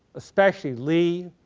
especially lee,